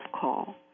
call